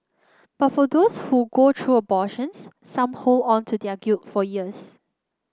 but for those who go through abortions some hold on to their guilt for years